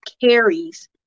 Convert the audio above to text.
carries